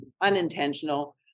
unintentional